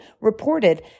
reported